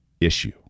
issue